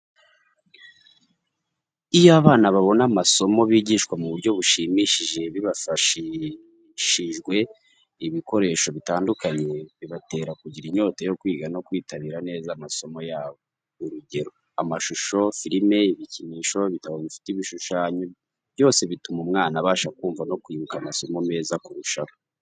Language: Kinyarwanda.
Iyo abana babona amasomo bigishwa mu buryo bushimishije bifashishijwe ibikoresho bitandukanye, bibatera kugira inyota yo kwiga no kwitabira neza amasomo yabo. Urugero, amashusho, firime, ibikinisho, ibitabo bifite ibishushanyo, byose bituma umwana abasha kumva no kwibuka amasomo neza kurushaho.